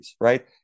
Right